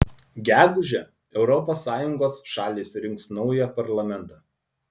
gegužę europos sąjungos šalys rinks naują parlamentą